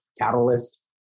catalyst